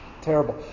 Terrible